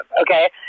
okay